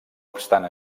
obstant